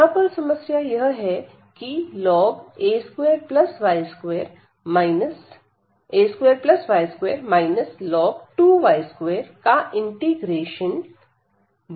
यहां पर समस्या यह है की a2y2 का इंटीग्रेशन बहुत कठिन है